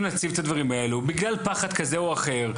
להציב את הדברים האלו בגלל פחד כזה או אחר,